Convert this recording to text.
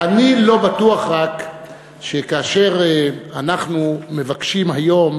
אני לא בטוח רק שכאשר אנחנו מבקשים היום